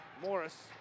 Morris